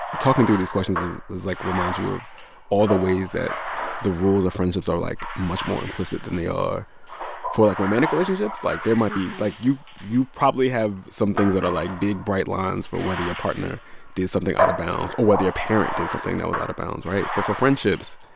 talking through these questions is like reminds you of all the ways that the rules of friendships are, like, much more implicit than they are for, like, romantic relationships. like, there might be like, you you probably have some things that are, like, big, bright lines for whether your partner did something out of bounds or whether your parent did something that was out of bounds, right? but for friendships,